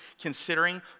considering